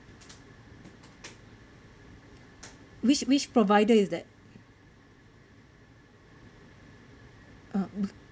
which which provider is that ah